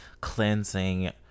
cleansing